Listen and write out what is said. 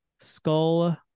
skull